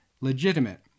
legitimate